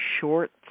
short